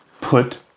put